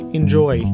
Enjoy